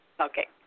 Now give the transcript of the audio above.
Okay